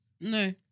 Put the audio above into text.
No